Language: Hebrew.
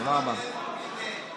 דואגים לאסון צ'רנוביל?